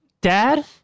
Dad